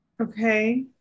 Okay